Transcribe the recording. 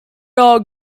all